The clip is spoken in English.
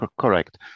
Correct